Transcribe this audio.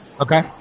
Okay